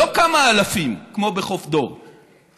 לא כמה אלפים כמו בחוף דור,